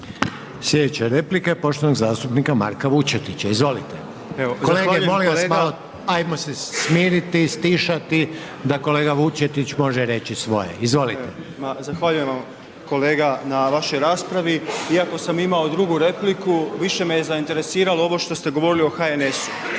Sljedeća replika je poštovanog zastupnika Marka Vučetića. Izvolite. Kolege molim vas malo stišajte se i smirite da kolega Vučetić može reći svoje. Izvolite. **Vučetić, Marko (Nezavisni)** Zahvaljujem vam kolega na vašoj raspravi. Iako sam imao drugu repliku više me je zainteresiralo ovo što ste govorili o HNS-u,